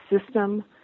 system